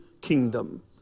kingdom